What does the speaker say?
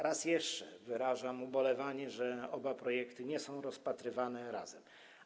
Raz jeszcze wyrażam ubolewanie, że oba projekty nie są rozpatrywane razem.